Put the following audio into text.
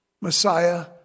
Messiah